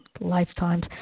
lifetimes